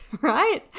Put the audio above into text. right